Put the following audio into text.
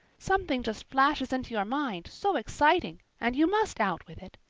something just flashes into your mind, so exciting, and you must out with it.